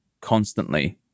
constantly